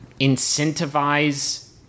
incentivize